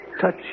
touch